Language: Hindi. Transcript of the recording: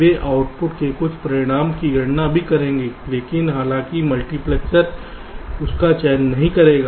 वे आउटपुट में कुछ परिणाम की गणना भी करेंगे लेकिन हालाँकि मल्टीप्लेक्सर उनका चयन नहीं करेगा